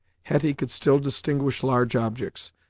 hetty could still distinguish large objects,